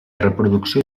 reproducció